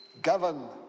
govern